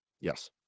Yes